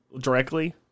directly